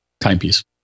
timepiece